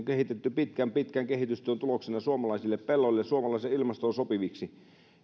kehitetty pitkän pitkän kehitystyön tuloksena suomalaisille pelloille suomalaiseen ilmastoon sopiviksi